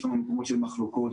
יש מקומות שבהם יש לנו מחלוקות.